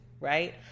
right